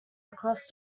across